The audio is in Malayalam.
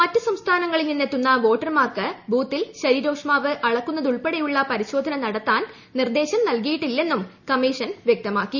മറ്റ് സംസ്ഥാനങ്ങളിൽ നിന്നെത്തുന്ന വോട്ടർമാർക്ക് ബൂത്തിൽ ശരീരോഷ്മാവ് അളക്കുന്നതുൾപ്പെടെയുള്ള പരിശോധന നടത്താൻ നിർദ്ദേശം നൽകിയിട്ടില്ലെന്നും കമ്മീഷൻ വ്യക്തമാക്കി